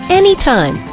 anytime